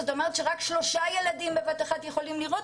זאת אומרת שרק שלושה ילדים בבת אחת יכולים לראות